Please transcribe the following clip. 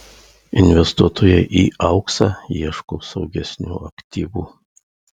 investuotojai į auksą ieško saugesnių aktyvų